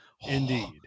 indeed